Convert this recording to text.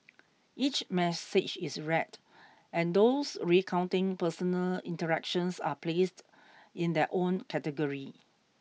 each message is read and those recounting personal interactions are placed in their own category